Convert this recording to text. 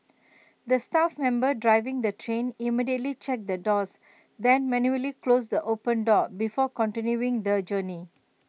the staff member driving the train immediately checked the doors then manually closed the open door before continuing the journey